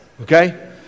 okay